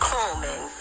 Coleman